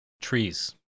trees